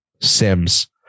Sims